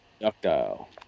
Ductile